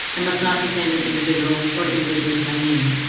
and must not defame an individual or individuals by name.